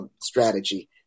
strategy